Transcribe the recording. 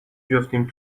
بیفتیم